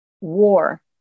war